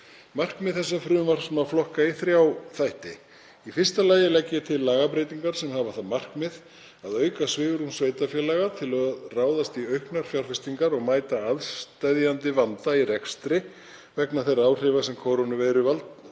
Markmið þessa frumvarps má flokka í þrjá þætti: Í fyrsta lagi legg ég til lagabreytingar sem hafa það markmið að auka svigrúm sveitarfélaga til að ráðast í auknar fjárfestingar og mæta aðsteðjandi vanda í rekstri vegna þeirra áhrifa sem kórónuveirufaraldurinn